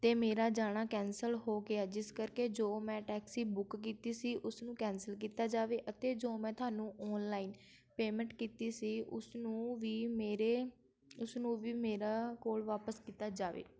ਅਤੇ ਮੇਰਾ ਜਾਣਾ ਕੈਂਸਲ ਹੋ ਗਿਆ ਜਿਸ ਕਰਕੇ ਜੋ ਮੈਂ ਟੈਕਸੀ ਬੁੱਕ ਕੀਤੀ ਸੀ ਉਸਨੂੰ ਕੈਂਸਲ ਕੀਤਾ ਜਾਵੇ ਅਤੇ ਜੋ ਮੈਂ ਤੁਹਾਨੂੰ ਔਨਲਾਈਨ ਪੇਮੈਂਟ ਕੀਤੀ ਸੀ ਉਸਨੂੰ ਵੀ ਮੇਰੇ ਉਸਨੂੰ ਵੀ ਮੇਰਾ ਕੋਲ ਵਾਪਸ ਕੀਤਾ ਜਾਵੇ